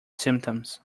symptoms